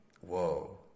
whoa